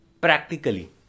practically